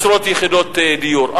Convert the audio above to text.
עשרות יחידות דיור.